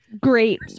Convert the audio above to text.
Great